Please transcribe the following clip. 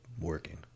working